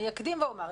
אקדים ואומר,